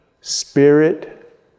spirit